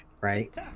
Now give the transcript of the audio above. right